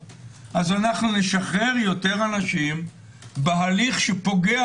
אנחנו נשחרר יותר אנשים בהליך שפוגע